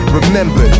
Remember